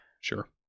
Sure